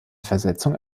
versetzung